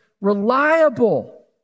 reliable